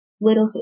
little